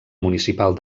municipal